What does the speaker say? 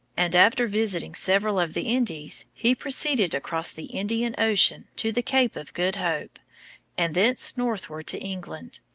and after visiting several of the indies he proceeded across the indian ocean to the cape of good hope and thence northward to england.